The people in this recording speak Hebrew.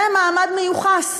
זה מעמד מיוחס.